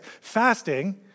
Fasting